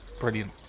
brilliant